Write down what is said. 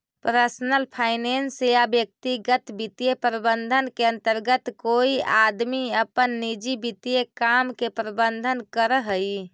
personal finance या व्यक्तिगत वित्तीय प्रबंधन के अंतर्गत कोई आदमी अपन निजी वित्तीय काम के प्रबंधन करऽ हई